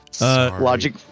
logic